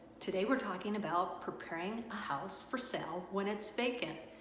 today we're talking about preparing a house for sale when it's vacant.